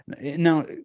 Now